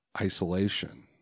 isolation